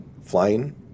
flying